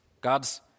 God's